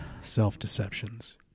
self-deceptions